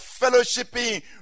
fellowshipping